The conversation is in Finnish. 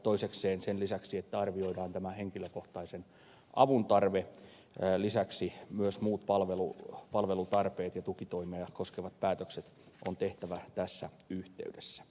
toisekseen sen lisäksi että arvioidaan tämän henkilökohtaisen avun tarve myös muut palvelutarpeet ja tukitoimia koskevat päätökset on tehtävä tässä yhteydessä